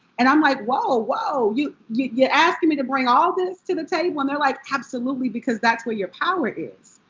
and i'm like. whoa, ah whoa! you're asking me to bring all this to the table? and they're like absolutely! because that's where your power is.